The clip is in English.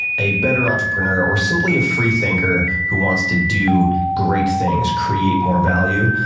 a better entrepreneur, or simply a free thinker who wants to do great things, create more value,